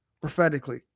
prophetically